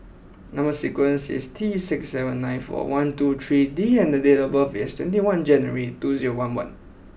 number sequence is T six seven nine four one two three D and the date of birth is twenty one January two zero one one